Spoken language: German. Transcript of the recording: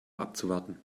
abzuwarten